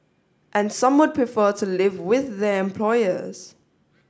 and some would prefer to live with their employers